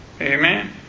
Amen